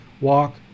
walk